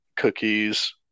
Cookies